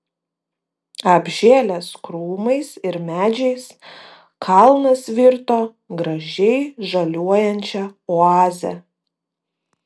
apžėlęs krūmais ir medžiais kalnas virto gražiai žaliuojančia oaze